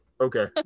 okay